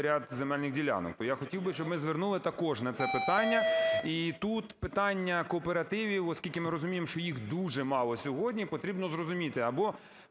ряд земельних ділянок. То я хотів би, щоб ми звернули також на це питання. І тут питання кооперативів, оскільки ми розуміємо, що їх дуже мало сьогодні, потрібно зрозуміти, або